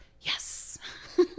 yes